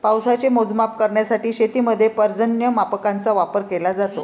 पावसाचे मोजमाप करण्यासाठी शेतीमध्ये पर्जन्यमापकांचा वापर केला जातो